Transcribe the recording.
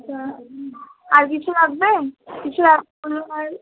আচ্ছা আর কিছু লাগবে কিছু